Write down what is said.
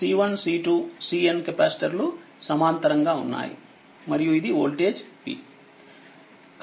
Cn కెపాసిటర్లుసమాంతరముగా ఉన్నాయి మరియు ఇది వోల్టేజ్ v